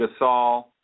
Gasol